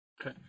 okay